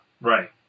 Right